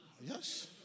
Yes